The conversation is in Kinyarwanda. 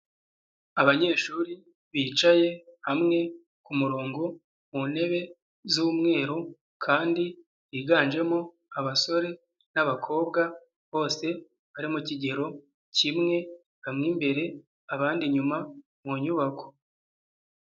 Abanyeshuri bicaye hamwe ku murongo ku ntebe z'umweru kandi yiganjemo abasore nabakobwa bose bari mu kigero kimwe bamwe imbere, abandi inyuma mu nyubako.